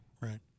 Right